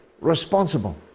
responsible